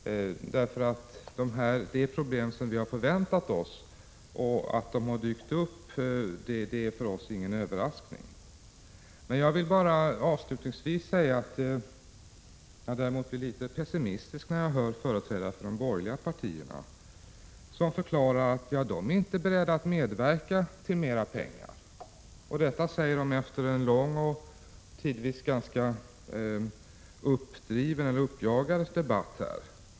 Det är nämligen problem som vi har förväntat oss. Att de har dykt upp är alltså för oss ingen överraskning. Avslutningsvis vill jag säga att jag däremot blir litet pessimistisk när jag hör företrädare för de borgerliga partierna, som förklarar att de inte är beredda att medverka till ökade anslag. Detta säger de efter en lång och tidvis ganska uppjagad debatt.